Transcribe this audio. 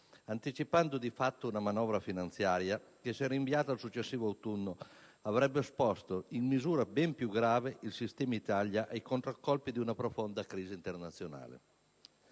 anticipando di fatto una manovra finanziaria che, se rinviata al successivo autunno, avrebbe esposto in misura ben più grave il sistema Italia ai contraccolpi di una profonda crisi internazionale.